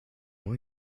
more